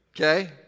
Okay